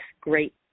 great